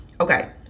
Okay